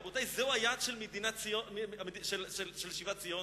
רבותי, זה היעד של שיבת ציון?